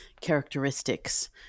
characteristics